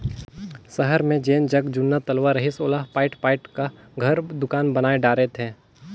सहर मे जेन जग जुन्ना तलवा रहिस ओला पयाट पयाट क घर, दुकान बनाय डारे थे